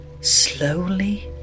slowly